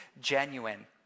genuine